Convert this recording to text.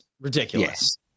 Ridiculous